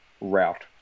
route